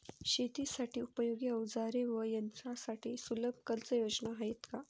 शेतीसाठी उपयोगी औजारे व यंत्रासाठी सुलभ कर्जयोजना आहेत का?